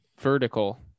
vertical